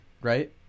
right